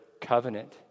covenant